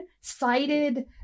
cited